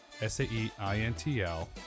SAEINTL